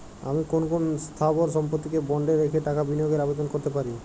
আমি কোন কোন স্থাবর সম্পত্তিকে বন্ডে রেখে টাকা বিনিয়োগের আবেদন করতে পারি?